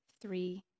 three